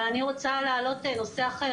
אבל אני רוצה להעלות נושא אחר,